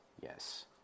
Yes